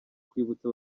kwibutsa